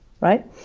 right